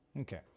Okay